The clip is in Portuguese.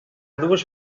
duas